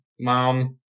mom